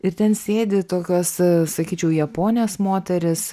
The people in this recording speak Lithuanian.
ir ten sėdi tokios sakyčiau japonės moterys